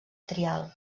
trial